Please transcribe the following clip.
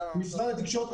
משרד התקשורת,